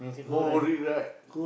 more worried right